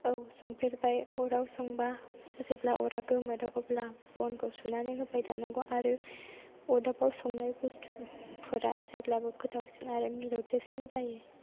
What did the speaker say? औ संफेरबाय अराव संबा जेब्ला अरा गोमोरो अब्ला बनखौ सुनानै होबाय थानांगौ आरो अरदाबाव संनाय बुस्थुफोरा जेब्लाबो गोथावसिन आरो मिलौदोसिन जायो